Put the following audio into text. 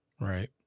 Right